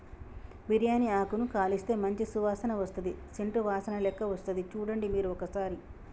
బిరియాని ఆకును కాలిస్తే మంచి సువాసన వస్తది సేంట్ వాసనలేక్క వస్తది చుడండి మీరు ఒక్కసారి